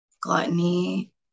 gluttony